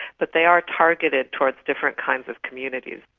but they are targeted towards different kinds of communities.